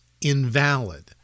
invalid